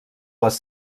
les